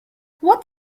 what